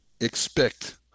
expect